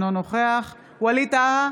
אינו נוכח ווליד טאהא,